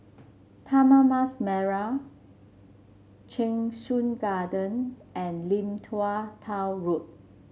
Taman Mas Merah Cheng Soon Garden and Lim Tua Tow Road